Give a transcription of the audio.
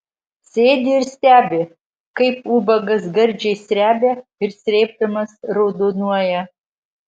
sėdi ir stebi kaip ubagas gardžiai srebia ir srėbdamas raudonuoja